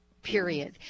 Period